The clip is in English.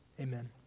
Amen